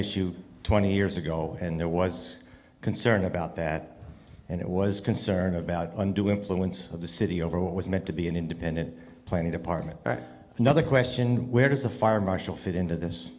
issue twenty years ago and there was concern about that and it was concern about undue influence of the city over what was meant to be an independent planning department another question where does the fire marshal fit into this